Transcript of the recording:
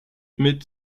mit